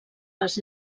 les